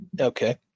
okay